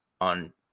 on